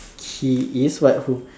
he is what who